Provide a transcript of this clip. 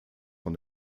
von